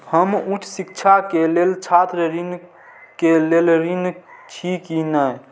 हम उच्च शिक्षा के लेल छात्र ऋण के लेल ऋण छी की ने?